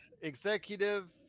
executive